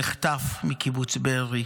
נחטף מקיבוץ בארי,